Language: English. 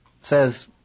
says